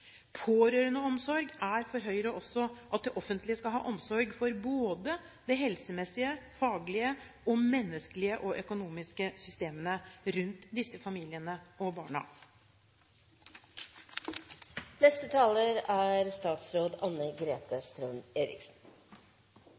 er for Høyre også at det offentlige skal ha omsorg for både de helsemessige, faglige, menneskelige og økonomiske systemene rundt disse familiene og